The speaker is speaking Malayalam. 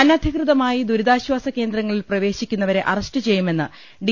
അനധികൃതമായി ദുരിതാശ്ചാസ കേന്ദ്രങ്ങളിൽ പ്രവേശിക്കു ന്നവരെ അറസ്റ്റുചെയ്യുമെന്ന് ഡി